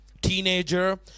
teenager